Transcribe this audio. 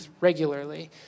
regularly